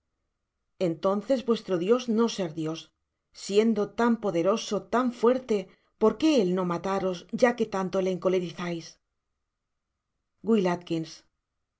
entonces vuestro dios no ser dios siendo tan poderoso tan fuerte por qué él no mataros ya que tanto le encolerizais